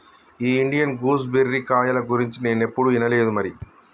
ఈ Indian gooseberry కాయల గురించి నేనేప్పుడు ఇనలేదు మరి